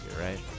right